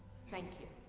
thank you.